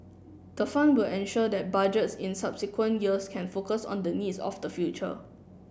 the fund will ensure that Budgets in subsequent years can focus on the needs of the future